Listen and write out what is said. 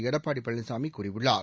எடப்பாடி பழனிசாமி கூறியுள்ளார்